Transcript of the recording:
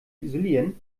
isolieren